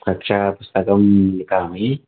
कक्षा पुस्तकं लिखामि